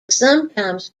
sometimes